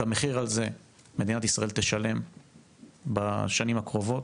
את המחיר על זה מדינת ישראל תשלם בשנים הקרובות.